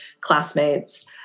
classmates